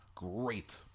Great